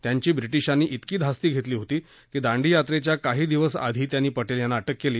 त्यांची ब्रिटिशांनी जिकी धास्ती घेतली होती की दांडी यात्रेच्या काही दिवस आधी त्यांनी पटेल यांना अटक केली